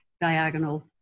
diagonal